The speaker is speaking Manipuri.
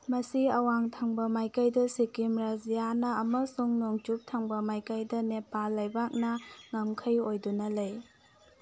ꯃꯁꯤ ꯑꯋꯥꯡ ꯊꯪꯕ ꯃꯥꯏꯀꯩꯗ ꯁꯤꯛꯀꯤꯝ ꯔꯥꯖ꯭ꯌꯥꯅ ꯑꯃꯁꯨꯡ ꯅꯣꯡꯆꯨꯞ ꯊꯪꯕ ꯃꯥꯏꯀꯩꯗ ꯅꯦꯄꯥꯜ ꯂꯩꯕꯥꯛꯅ ꯉꯝꯈꯩ ꯑꯣꯏꯗꯨꯅ ꯂꯩ